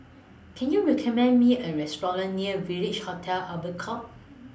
Can YOU recommend Me A Restaurant near Village Hotel Albert Court